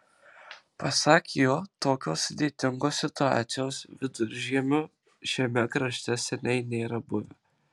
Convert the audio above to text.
pasak jo tokios sudėtingos situacijos viduržiemiu šiame krašte seniai nėra buvę